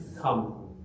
come